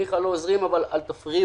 ניחא לא עוזרים, אבל אל תפריעו.